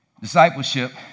Discipleship